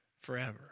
forever